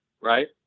right